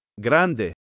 Grande